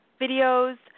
Videos